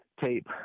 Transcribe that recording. tape